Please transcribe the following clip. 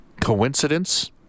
coincidence